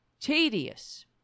tedious